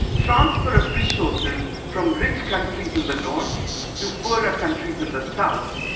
transfer of resources from rich countries in the north to poorer countries in the south,